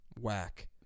Whack